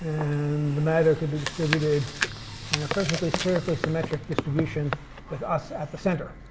and the matter could be distributed perfectly spherically-symmetric distribution with us at the center.